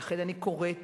ולכן, אני קוראת